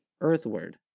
earthward